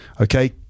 Okay